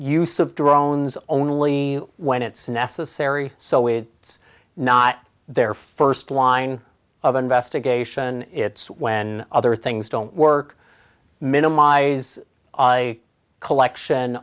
se of drones only when it's necessary so if it's not their first line of investigation it's when other things don't work minimize collection